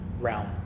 realm